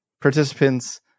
participants